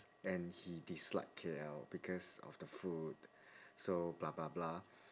and he dislike K_L because of the food so blah blah blah